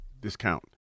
discount